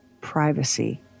Privacy